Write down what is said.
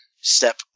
step